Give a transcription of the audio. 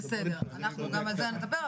בסדר, אנחנו גם על זה נדבר.